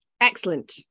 Excellent